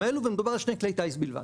ומדובר על שני כלי טיס בלבד.